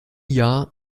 jahr